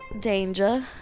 Danger